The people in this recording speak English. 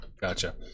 Gotcha